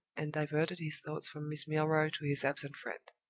and diverted his thoughts from miss milroy to his absent friend.